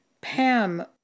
Pam